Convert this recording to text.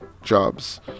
jobs